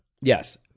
Yes